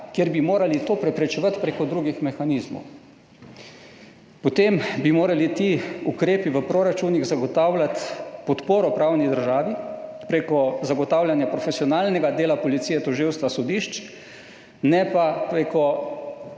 kjer bi morali to preprečevati prek drugih mehanizmov. Potem bi morali ti ukrepi v proračunih zagotavljati podporo pravni državi prek zagotavljanja profesionalnega dela policije, tožilstva, sodišč, ne pa prek